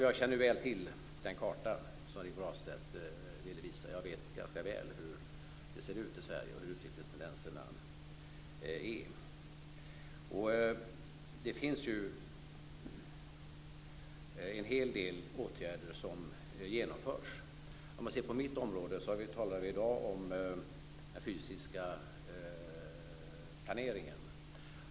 Jag känner väl till den karta som Rigmor Ahlstedt ville visa. Jag vet ganska väl hur det ser ut i Sverige och hur utvecklingstendenserna är. En hel del åtgärder genomförs ju. På mitt område talar vi i dag om den fysiska planeringen.